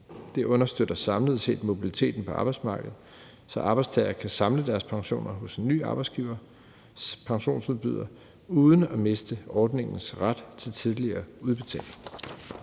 Det understøtter samlet set mobiliteten på arbejdsmarkedet, så arbejdstagere kan samle deres pensioner hos en ny arbejdsgivers pensionsudbyder uden at miste ordningens ret til tidligere udbetaling.